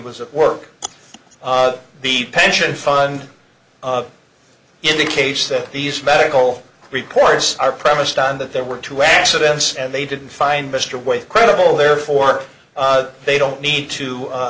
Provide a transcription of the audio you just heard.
was at work the pension fund indicates that these medical reports are premised on that there were two accidents and they didn't find mr wade credible therefore they don't need to